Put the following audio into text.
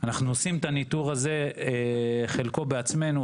אנחנו עושים את הניתור הזה חלקו בעצמו,